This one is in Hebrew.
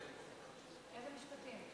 איזה משפטים?